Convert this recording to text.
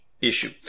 issue